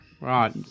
Right